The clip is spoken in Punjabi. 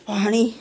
ਪਾਣੀ